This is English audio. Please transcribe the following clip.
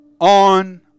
on